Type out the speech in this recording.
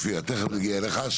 תיכף נגיע אליך.